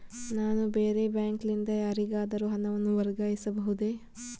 ನಾನು ಬೇರೆ ಬ್ಯಾಂಕ್ ಲಿಂದ ಯಾರಿಗಾದರೂ ಹಣವನ್ನು ವರ್ಗಾಯಿಸಬಹುದೇ?